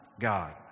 God